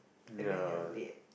ya